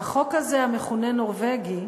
החוק הזה, המכונה נורבגי,